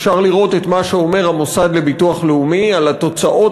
אפשר לראות את מה שאומר המוסד לביטוח לאומי על התוצאות